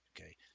Okay